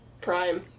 Prime